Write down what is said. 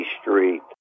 Street